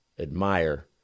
admire